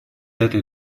этой